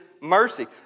mercy